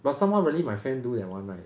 got some really my friend do that one right